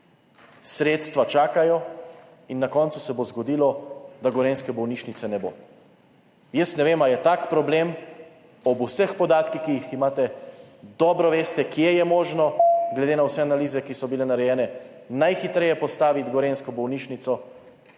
sredstva čakajo in na koncu se bo zgodilo, da gorenjske bolnišnice ne bo. Jaz ne vem, ali je tak problem, ob vseh podatkih, ki jih imate, dobro veste, kje je možno, glede na vse analize, ki so bile narejene, najhitreje postaviti gorenjsko bolnišnico.